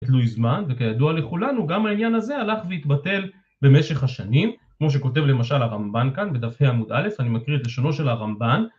תלוי זמן, וכידוע לכולנו גם העניין הזה הלך והתבטל במשך השנים, כמו שכותב למשל הרמב"ן כאן בדף ה' עמוד א', אני מקריא את לשונו של הרמב"ן